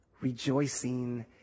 Rejoicing